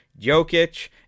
Jokic